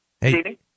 Hey